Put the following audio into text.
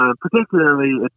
particularly